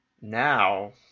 now